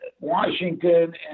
Washington